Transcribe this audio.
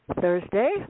Thursday